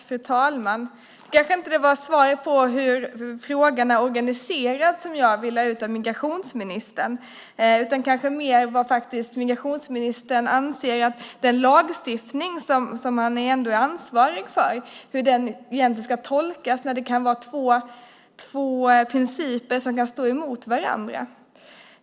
Fru talman! Det var inte svar på hur frågorna är organiserade som jag ville ha av migrationsministern utan kanske mer vad migrationsministern faktiskt anser om hur den lagstiftning som han är ansvarig för egentligen ska tolkas när det kan vara två principer som står emot varandra.